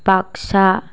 Baksa